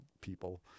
people